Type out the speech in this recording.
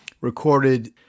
recorded